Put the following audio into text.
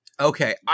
Okay